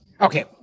Okay